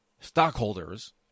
stockholders